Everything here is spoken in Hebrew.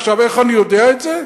עכשיו, איך אני יודע את זה?